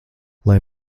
lai